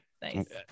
Thanks